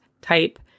type